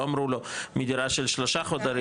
לא אמרו לו מדירה של שלושה חדרים,